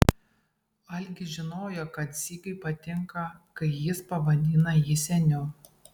algis žinojo kad sigiui patinka kai jis pavadina jį seniu